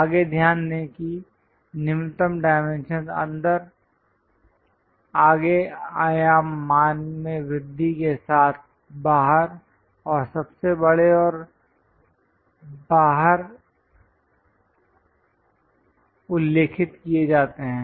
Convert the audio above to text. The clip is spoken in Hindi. आगे ध्यान दें कि निम्नतम डायमेंशन अंदर आगे आयाम मान में वृद्धि के साथ बाहर और सबसे बड़े और बाहर उल्लेखित किए जाते हैं